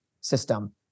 system